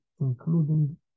including